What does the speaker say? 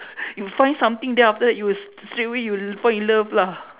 you find something then after that you will st~ straight away you'll fall in love lah